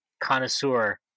connoisseur